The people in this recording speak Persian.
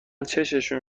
چششون